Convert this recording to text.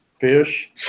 fish